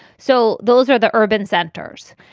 so those are the urban centers.